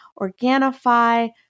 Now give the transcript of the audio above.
Organifi